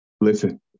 Listen